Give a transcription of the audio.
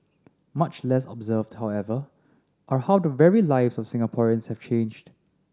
much less observed however are how the very lives of Singaporeans have changed